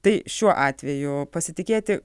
tai šiuo atveju pasitikėti